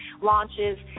launches